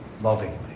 Lovingly